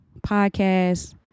podcast